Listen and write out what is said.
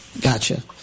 Gotcha